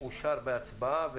אושר בהצבעה,